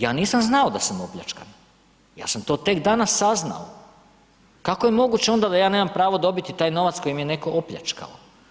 Ja nisam znao da sam opljačkan, ja sam to tek danas saznao, kako je moguće onda da ja nemam pravo dobiti taj novac kojim me netko opljačkao?